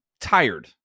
tired